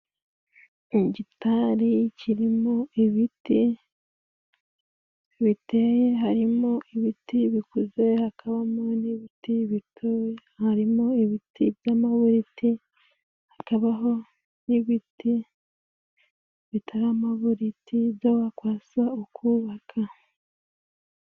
Igitari kirimo ibiti biteye ,harimo ibiti bikuze, hakabamo n'ibiti bito, harimo ibiti by'amabuti ,hakabaho n'ibiti bitaramaburiti byo wakwasa ukubaka.